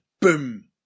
boom